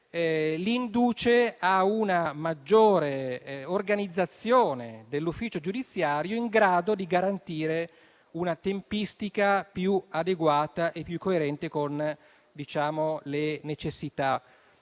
li induce a una maggiore organizzazione dell'ufficio giudiziario, in grado di garantire una tempistica più adeguata e più coerente con le necessità